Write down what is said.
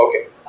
Okay